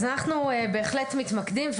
אז אנחנו בהחלט מתמקדים.